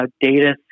data